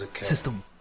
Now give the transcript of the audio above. system